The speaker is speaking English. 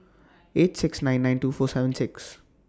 eight six nine nine two four seven six